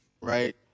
right